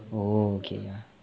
orh okay